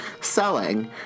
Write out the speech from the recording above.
selling